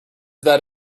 that